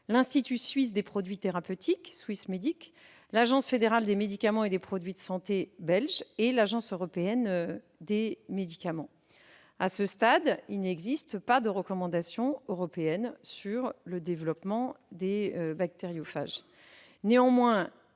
l'Institut suisse des produits thérapeutiques, Swissmedic, l'Agence fédérale des médicaments et des produits de santé belge, et l'Agence européenne des médicaments. À ce stade, il n'existe pas de recommandations européennes sur le développement des bactériophages. Néanmoins,